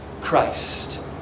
Christ